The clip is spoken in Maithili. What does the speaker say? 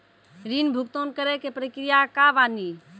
ऋण भुगतान करे के प्रक्रिया का बानी?